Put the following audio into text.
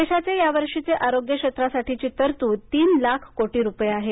देशाचे या वर्षीचे आरोग्य क्षेत्रासाठीची तरतुद तीन लाख कोटी रुपये आहे